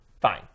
fine